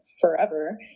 forever